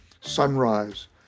Sunrise